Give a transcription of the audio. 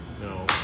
No